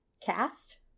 cast